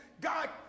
God